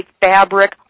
fabric